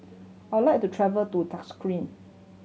I would like to travel to